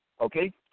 Okay